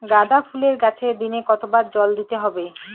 গাদা ফুলের গাছে দিনে কতবার জল দিতে হবে?